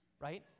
right